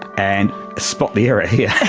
and spot the error here! yeah